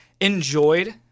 enjoyed